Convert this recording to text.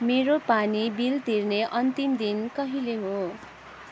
मेरो पानी बिल तिर्ने अन्तिम दिन कहिले हो